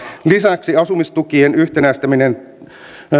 lisäksi on asumistukien yhtenäistäminen